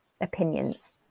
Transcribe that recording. opinions